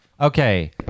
Okay